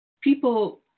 People